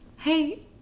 Hey